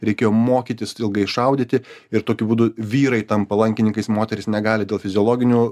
reikėjo mokytis ilgai šaudyti ir tokiu būdu vyrai tampa lankininkais moterys negali dėl fiziologinių